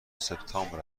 سپتامبر